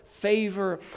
favor